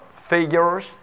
figures